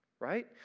right